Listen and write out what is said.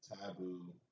Taboo